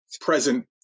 present